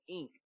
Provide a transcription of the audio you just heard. Inc